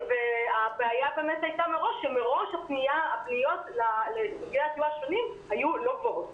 הבעיה באמת הייתה שמראש הפניות לסוגי הסיוע השונים לא היו גבוהות.